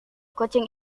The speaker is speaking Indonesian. kucing